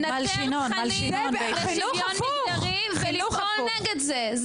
לנטר תכנים לשוויון מגדרי ולפעול נגד זה,